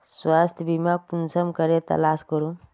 स्वास्थ्य बीमा कुंसम करे तलाश करूम?